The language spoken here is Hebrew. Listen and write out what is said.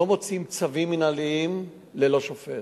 לא מוציאים צווים מינהליים ללא שופט.